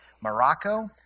Morocco